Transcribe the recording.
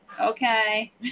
Okay